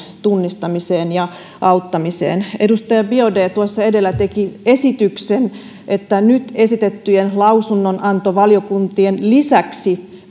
tunnistamiseen ja auttamiseen edustaja biaudet tuossa edellä teki esityksen että nyt esitettyjen lausunnonantovaliokuntien lisäksi